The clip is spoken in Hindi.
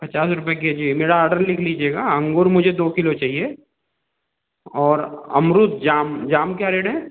पचास रुपये के जी है मेरा आडर लिख लीजिएगा अंगूर मुझे दो किलो चाहिए और अमरूद जाम जाम क्या रेड है